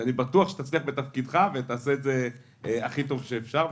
שאני בטוח שתצליח בתפקידך ותעשה את זה הכי טוב שאפשר.